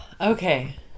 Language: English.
okay